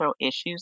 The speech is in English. issues